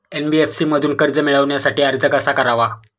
NBFC मधून कर्ज मिळवण्यासाठी अर्ज कसा करावा?